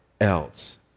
else